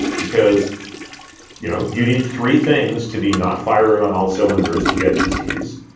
because you know you need three things to be not firing on all cylinders to get disease.